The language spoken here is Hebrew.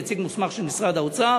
נציג מוסמך של משרד האוצר.